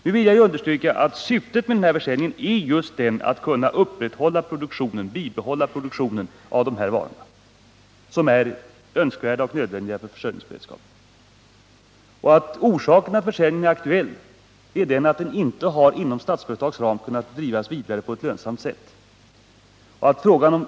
Jag vill understryka att syftet med försäljningen är just att bibehålla produktionen av de här varorna, som är önskvärda och nödvändiga för försörjningsberedskapen. Orsaken till att försäljningen är aktuell är att denna produktion inte har kunnat drivas vidare på ett lönsamt sätt inom Statsföretag.